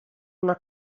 una